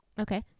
Okay